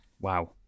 Wow